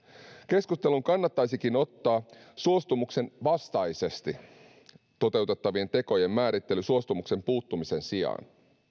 keskusteluun kannattaisikin ottaa suostumuksen vastaisesti toteutettavien tekojen määrittely suostumuksen puuttumisen sijaan